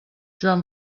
joan